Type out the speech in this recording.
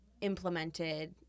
implemented